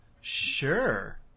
Sure